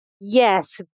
Yes